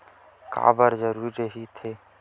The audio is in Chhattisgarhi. का बार जरूरी रहि थे?